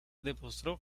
demostró